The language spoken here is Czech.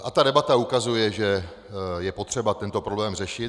A debata ukazuje, že je potřeba tento problém řešit.